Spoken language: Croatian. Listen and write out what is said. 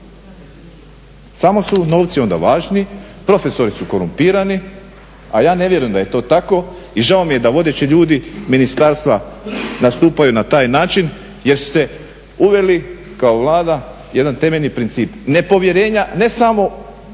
Samo su novci onda važni, profesori su korumpirani, a ja ne vjerujem da je to tako. I žao mi je da vodeći ljudi ministarstva nastupaju na taj način jer su se uveli, kao Vlada jedan temeljni princip nepovjerenja ne samo